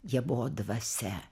jie buvo dvasia